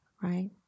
right